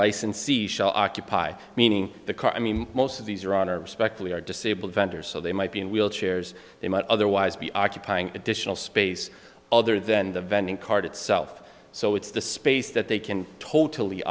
licensee shall occupy meaning the car i mean most of these are on our respective we are disabled vendors so they might be in wheelchairs they might otherwise be occupying additional space other than the vending card itself so it's the space that they can totally